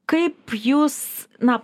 kaip jūs na